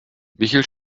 michel